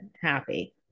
happy